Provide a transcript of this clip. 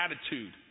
attitude